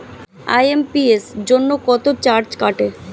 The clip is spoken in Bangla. আই.এম.পি.এস জন্য কত চার্জ কাটে?